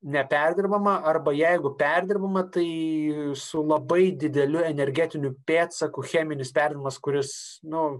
neperdirbama arba jeigu perdirbama tai su labai dideliu energetiniu pėdsaku cheminis perdirbimas kuris nu